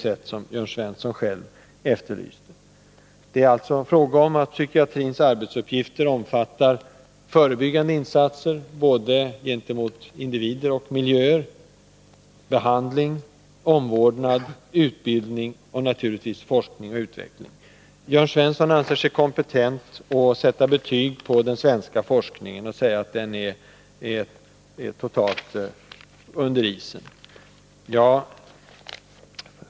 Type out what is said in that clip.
Psykiatrins arbetsuppgifter omfattar alltså förebyggande insatser, både gentemot individer och miljöer, behandling, omvårdnad, utbildning och naturligtvis forskning och utveckling. Jörn Svensson anser sig kompetent att sätta betyg på den svenska forskningen och säger att den är totalt under isen.